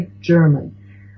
German